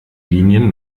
linien